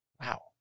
wow